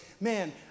man